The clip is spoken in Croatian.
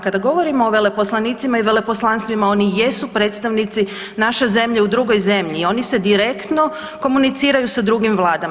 Kada govorimo o veleposlanicima i veleposlanstvima oni jesu predstavnici naše zemlje u drugoj zemlji i oni se direktno komuniciraju sa drugim vladama.